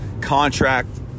contract